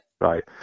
Right